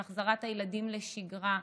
של החזרת הילדים לשגרה,